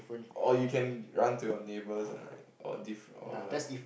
or you can run to your neighbours and like or diff~ or like